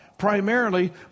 primarily